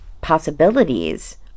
possibilities